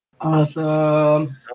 Awesome